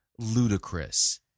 ludicrous